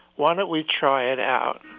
why don't we try it out?